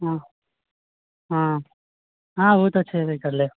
हँ हँ ओ तऽ छेबय करलय